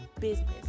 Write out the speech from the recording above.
business